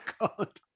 God